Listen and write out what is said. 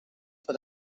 for